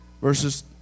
verses